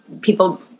people